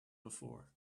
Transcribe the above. before